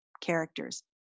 characters